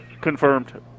Confirmed